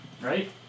Right